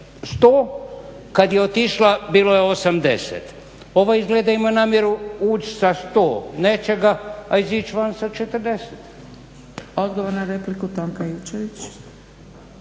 100, kad je otišla bilo je 80. Ova izgleda ima namjeru ući sa 100 nečeg, a izaći van sa 40. **Zgrebec, Dragica